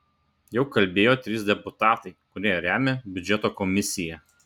jau kalbėjo trys deputatai kurie remia biudžeto komisiją